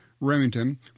Remington